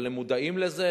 אבל הם מודעים לזה